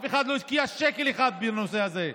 אף אחד לא השקיע שקל בנושא הזה.